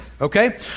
Okay